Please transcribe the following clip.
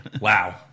Wow